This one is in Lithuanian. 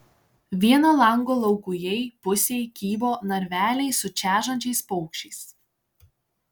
vieno lango laukujėj pusėj kybo narveliai su čežančiais paukščiais